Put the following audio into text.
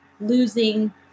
losing